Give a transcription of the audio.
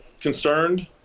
Concerned